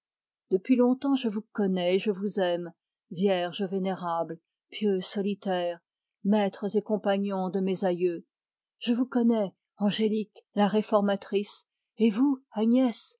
depuis longtemps je vous connais et je vous aime vierges vénérables pieux solitaires maîtres et compagnons de mes aïeux je vous connais angélique la réformatrice et vous agnès